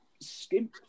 skimp